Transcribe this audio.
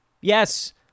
Yes